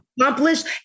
accomplished